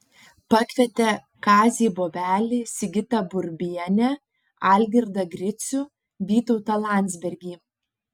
pakvietė kazį bobelį sigitą burbienę algirdą gricių vytautą landsbergį